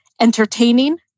entertaining